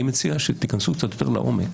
אני מציע שתיכנסו קצת יותר לעומק